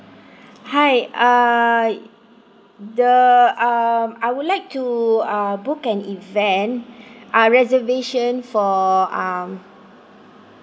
hi uh the um l would like to uh book an event ah reservation for um